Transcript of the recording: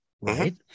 right